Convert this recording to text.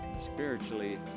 spiritually